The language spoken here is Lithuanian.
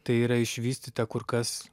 tai yra išvystyta kur kas